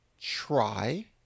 try